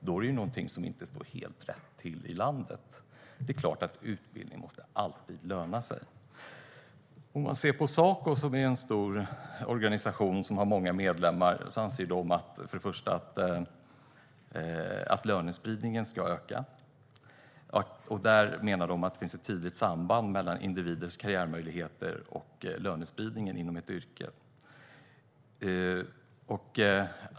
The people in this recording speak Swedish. Då är det något som inte står helt rätt till i landet. Det är klart att utbildning alltid måste löna sig. Saco, som är en stor organisation med många medlemmar, anser först och främst att lönespridningen ska öka. De menar att det finns ett tydligt samband mellan individens karriärmöjligheter och lönespridningen inom ett yrke.